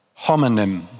homonym